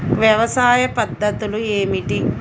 వ్యవసాయ పద్ధతులు ఏమిటి?